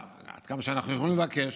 עד כמה שאנחנו יכולים לבקש.